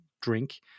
drink